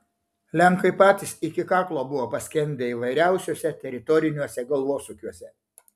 lenkai patys iki kaklo buvo paskendę įvairiausiuose teritoriniuose galvosūkiuose